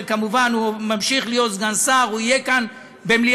הוא כמובן ממשיך להיות סגן שר והוא יהיה כאן במליאת